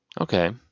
Okay